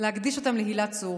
ולהקדיש אותם להילה צור.